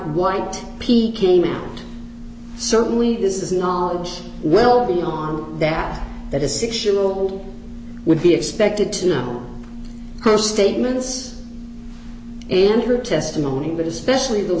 white pete came out certainly this is knowledge well beyond that that a six year old would be expected to know her statements in her testimony but especially those